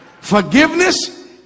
Forgiveness